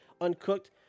uncooked